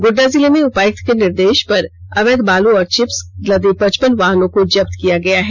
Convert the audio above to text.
गोड़डा जिले में उपायुक्त के निर्देष पर अवैध बालू और चिप्स लदे पचपन वाहनों को जब्त किया गया है